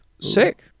Sick